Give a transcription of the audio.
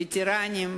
וטרנים,